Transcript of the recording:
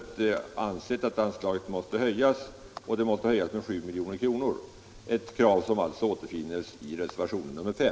Vi har ansett att anslaget till det ändamålet måste höjas med 7 milj.kr. — ett krav som alltså återfinns i reservationen 5.